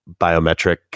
biometric